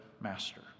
master